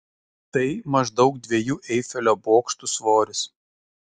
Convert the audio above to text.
tai maždaug dviejų eifelio bokštų svoris